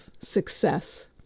success